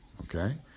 Okay